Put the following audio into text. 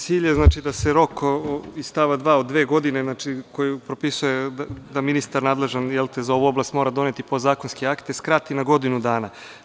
Cilj je da se rok iz stava 2. od dve godine koji propisuje da ministar nadležan za ovu oblast mora doneti podzakonske akte skrati na godinu dana.